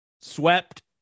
Swept